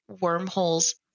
wormholes